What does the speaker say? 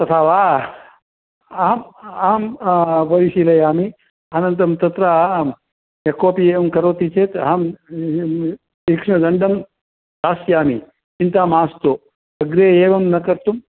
तथा वा अहम् अहं परिशीलयामि अनन्तरं तत्र यः कोपि एवं करोति चेत् अहं तीक्ष्णदण्डं दास्यामि चिन्ता मास्तु अग्रे एवं न कर्तुं